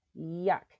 Yuck